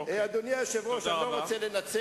ואחר כך נדבר על השאר.